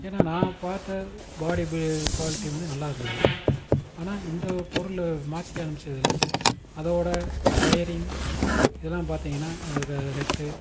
ஏன்னா நான் பார்த்த பாடி பி குவாலிட்டி வந்து நல்லா இருந்தது ஆனால் இந்த பொருள் மாற்றி அனுப்ச்சதில் அதோடய வயரிங் இதெல்லாம் பார்த்தீங்கன்னா ஹெட்டு